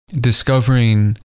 discovering